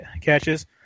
catches